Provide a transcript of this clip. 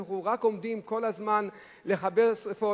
ואנחנו רק עומדים כל הזמן לכבות שרפות?